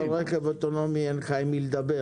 וברכב אוטונומי אין לך ברכב עם מי לדבר.